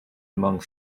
among